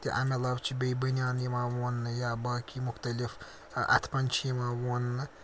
تہِ اَمہِ علاوٕ چھِ بیٚیہِ بٔنیٛان یِوان وونٛنہٕ یا باقی مُختلِف اَتھ پنٛج چھِ یِوان وونٛنہٕ